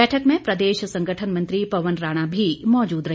बैठक में प्रदेश संगठन मंत्री पवन राणा भी मौजूद रहे